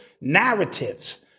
narratives